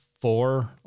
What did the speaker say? four